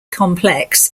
complex